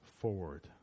forward